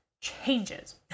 changes